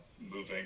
moving